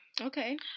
Okay